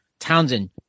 townsend